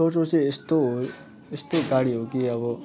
टोटो चाहिँ यस्तो हो यस्तो गाडी हो कि अब